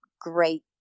great